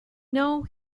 know